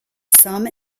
some